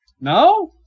No